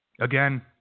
Again